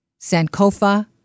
Sankofa